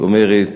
זאת אומרת,